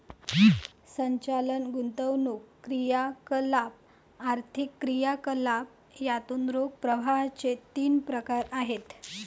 संचालन, गुंतवणूक क्रियाकलाप, आर्थिक क्रियाकलाप यातून रोख प्रवाहाचे तीन प्रकार आहेत